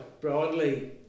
broadly